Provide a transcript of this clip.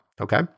okay